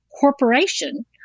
corporation